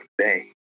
today